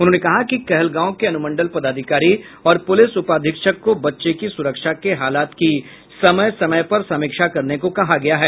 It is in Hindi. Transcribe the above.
उन्होंने कहा कि कहलगांव के अनुमंडल पदाधिकारी और पुलिस उपाधीक्षक को बच्चे की सुरक्षा के हालात की समय समय पर समीक्षा करने को कहा गया है